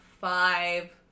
five